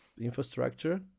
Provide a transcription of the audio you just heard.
infrastructure